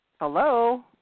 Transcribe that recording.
Hello